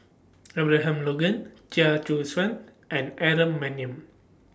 Abraham Logan Chia Choo Suan and Aaron Maniam